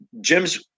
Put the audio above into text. Jim's